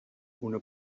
una